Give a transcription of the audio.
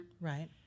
right